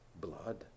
blood